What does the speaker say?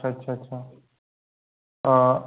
अच्छा अच्छा